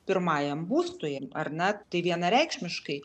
pirmajam būstui ar ne tai vienareikšmiškai